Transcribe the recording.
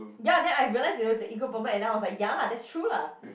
ya then I realised it was a ego problem and then I was like ya lah that's true lah